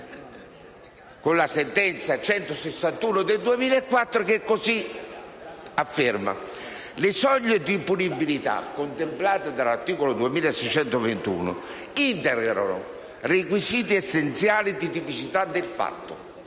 con la sentenza n. 161 del 2004, che così afferma: «Le soglie di punibilità contemplate dall'articolo 2621 integrano requisiti essenziali di tipicità del fatto...